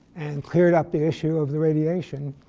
and cleared up the issue of the radiation.